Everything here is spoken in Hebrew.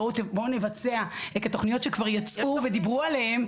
בואו נבצע את התוכניות שכבר יצאו ודיברו עליהן,